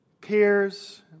peers